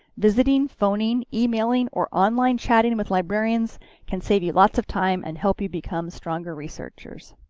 visiting, phoning, emailing or online chatting with librarians can save you lots of time and help you become stronger researchers.